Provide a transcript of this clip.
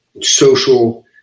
social